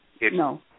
No